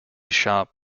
shop